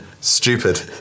Stupid